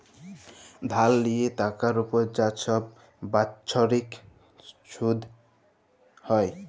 ধার লিয়ে টাকার উপর যা ছব বাচ্ছরিক ছুধ হ্যয়